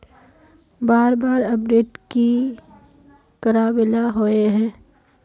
बार बार अपडेट की कराबेला होय है?